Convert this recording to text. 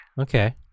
Okay